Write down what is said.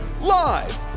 Live